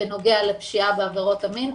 בנוגע לפשיעה בעבירות המין,